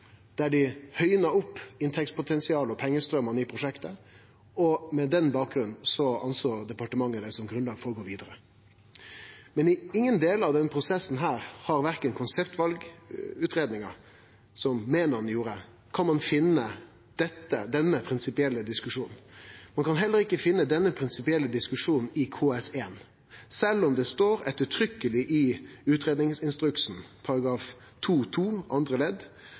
der dei høgna opp inntektspotensialet og pengestraumane i prosjektet. Og det var på den bakgrunnen departementet såg grunnlag for å gå vidare. Men i ingen delar av prosessen, heller ikkje i konseptvalutgreiinga som Menon gjorde, kan ein finne denne prinsipielle diskusjonen. Ein kan heller ikkje finne denne prinsipielle diskusjonen i KS1, sjølv om det står uttrykkeleg i utgreiingsinstruksens kapittel 2-2 andre ledd: